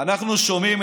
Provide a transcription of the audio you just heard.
סומך עליך.